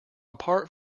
apart